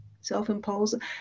self-imposed